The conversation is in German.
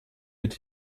mit